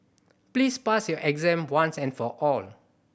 please pass your exam once and for all